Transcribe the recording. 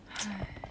!hais!